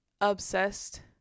obsessed